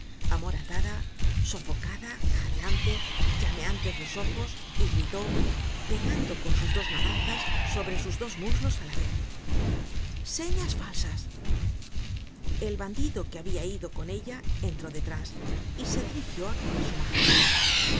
cuarto amoratada sofocada jadeante llameantes los ojos y gritó pegando con sus dos manazas sobre sus dos muslos á la vez señas falsas el bandido que habia ido con ella entró detrás y se dirigió á coger su maza